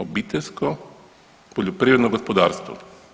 Obiteljsko poljoprivredno gospodarstvo.